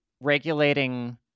regulating